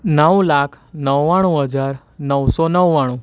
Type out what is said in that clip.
નવ લાખ નવ્વાણું હજાર નવસો નવ્વાણું